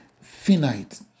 finite